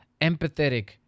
empathetic